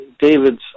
David's